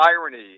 irony